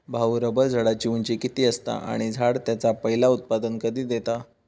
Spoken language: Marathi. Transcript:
भाऊ, रबर झाडाची उंची किती असता? आणि झाड त्याचा पयला उत्पादन कधी देता?